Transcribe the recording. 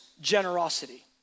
generosity